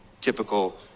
typical